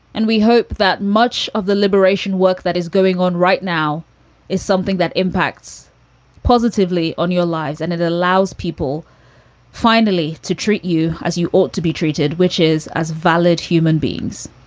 and we hope that much of the liberation work that is going on right now is something that impacts positively on your lives and it allows people finally to treat you as you ought to be treated, which is as valid human beings.